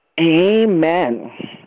Amen